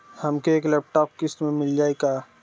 हमके एक लैपटॉप किस्त मे मिल जाई का?